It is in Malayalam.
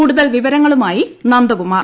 കൂടുതൽ വിവരങ്ങളുമായി നന്ദകുമാർ